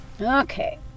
Okay